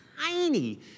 tiny